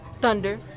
Thunder